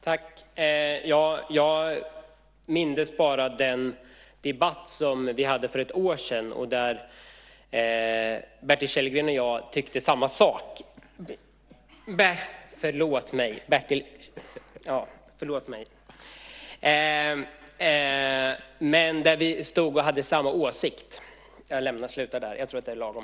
Herr talman! Jag mindes bara den debatt som vi hade för ett år sedan där Bertil Kjellberg och jag hade samma åsikt. Jag slutar där. Jag tror att det är lagom.